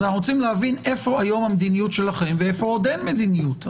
אז אנחנו רוצים להבין היום איפה המדיניות שלכם ואין איפה מדיניות,